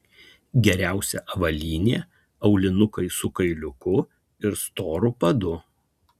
geriausia avalynė aulinukai su kailiuku ir storu padu